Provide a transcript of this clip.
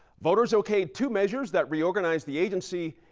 voters okayed two measures that re-organized the agency,